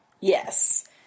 Yes